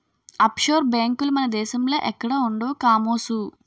offshore బేంకులు మన దేశంలో ఎక్కడా ఉండవు కామోసు